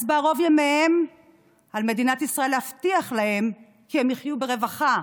אז בערוב ימיהם על מדינת ישראל להבטיח להם כי הם יחיו ברווחה.